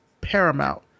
paramount